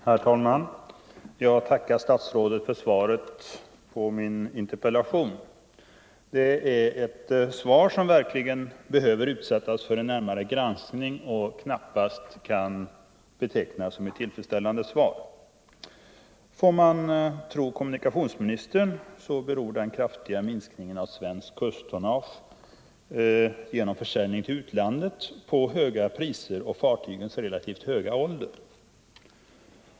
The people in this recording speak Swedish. Herr talman! Jag tackar statsrådet för svaret på min interpellation. Det är ett svar som verkligen behöver utsättas för en närmare granskning och knappast kan betecknas som tillfredsställande. Får man tro kommunikationsministern beror den kraftiga minskningen av svenskt kusttonnage genom försäljning till utlandet på höga priser och fartygens relativt höga ålder.